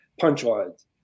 punchlines